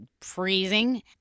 freezing